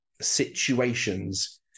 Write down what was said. situations